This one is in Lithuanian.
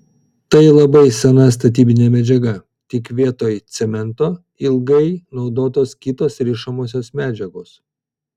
tai labai sena statybinė medžiaga tik vietoj cemento ilgai naudotos kitos rišamosios medžiagos